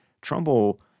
Trumbull